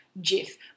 jiff